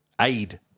aid